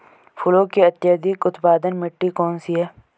फूलों की अत्यधिक उत्पादन मिट्टी कौन सी है?